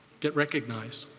get recognized.